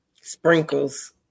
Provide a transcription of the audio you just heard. Sprinkles